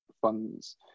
funds